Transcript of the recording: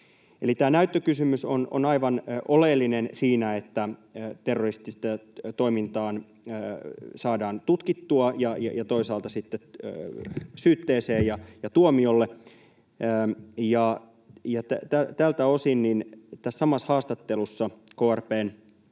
tämä näyttökysymys on aivan oleellinen siinä, että terroristista toimintaa saadaan tutkittua ja toisaalta sitten syytteeseen ja tuomiolle. Tässä samassa haastattelussa krp:n